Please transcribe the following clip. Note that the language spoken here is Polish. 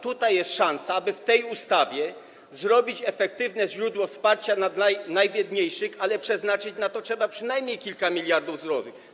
Tutaj jest szansa, aby w tej ustawie ustanowić efektywne źródło wsparcia dla najbiedniejszych, ale przeznaczyć na to trzeba przynajmniej kilka miliardów złotych.